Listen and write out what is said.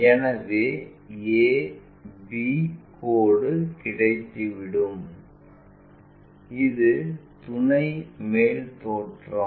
எனவே a b கோடு கிடைத்துவிடும் இது துணை மேல் தோற்றம்